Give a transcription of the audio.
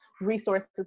resources